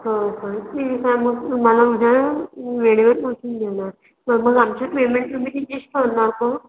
हां हां ठीक आहे मग तुम्हाला उद्या वेळेवर पोहचून देऊ ना तर मग आमचे पेमेंट पण तुम्ही तिथेच करणार का